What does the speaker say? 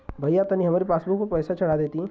भईया तनि हमरे पासबुक पर पैसा चढ़ा देती